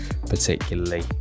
particularly